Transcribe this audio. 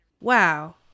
wow